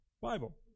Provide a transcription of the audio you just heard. Bible